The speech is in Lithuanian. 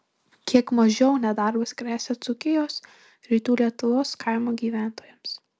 kiek mažiau nedarbas gresia dzūkijos rytų lietuvos kaimo gyventojams